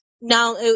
now